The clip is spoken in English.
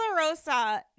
LaRosa